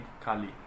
Kali